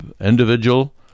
individual